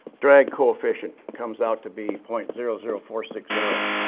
drag coefficient comes out to be point zero zero four six zero.